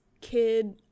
kid